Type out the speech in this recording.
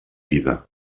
vida